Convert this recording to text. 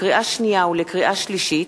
לקריאה שנייה ולקריאה שלישית: